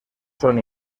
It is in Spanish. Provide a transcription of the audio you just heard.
son